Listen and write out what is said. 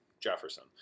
Jefferson